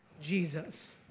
Jesus